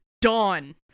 Dawn